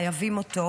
חייבים אותו,